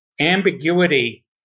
ambiguity